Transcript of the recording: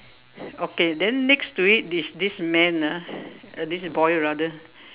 okay then next to it is this man ah uh this boy rather